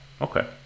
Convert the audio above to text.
okay